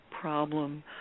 problem